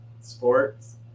Sports